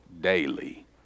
daily